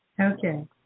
Okay